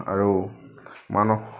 আৰু মানস